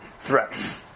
threats